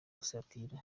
gusatira